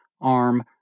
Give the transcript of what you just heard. arm